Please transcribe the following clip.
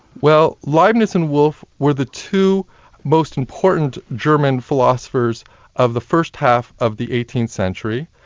well, leibniz and wolff were the two most important german philosophers of the first half of the eighteenth century.